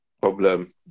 problem